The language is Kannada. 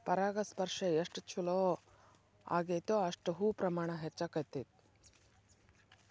ಪರಾಗಸ್ಪರ್ಶ ಎಷ್ಟ ಚುಲೋ ಅಗೈತೋ ಅಷ್ಟ ಹೂ ಪ್ರಮಾಣ ಹೆಚ್ಚಕೈತಿ